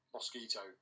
Mosquito